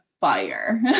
fire